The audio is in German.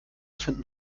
finden